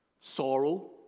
sorrow